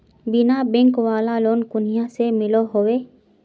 बिना बैंक वाला लोन कुनियाँ से मिलोहो होबे?